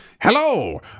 hello